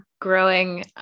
growing